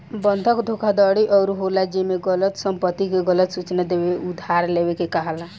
बंधक धोखाधड़ी उ होला जेमे गलत संपत्ति के गलत सूचना देके उधार लेवे के कहाला